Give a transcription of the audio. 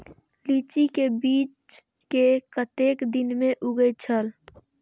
लीची के बीज कै कतेक दिन में उगे छल?